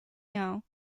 now